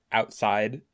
outside